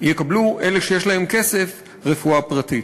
יקבלו אלה שיש להם כסף רפואה פרטית.